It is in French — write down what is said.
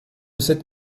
cette